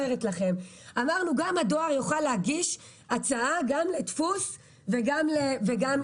אמרנו שגם הדואר יוכל להגיש הצעה גם לדפוס וגם לחלוקה,